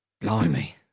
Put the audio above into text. Blimey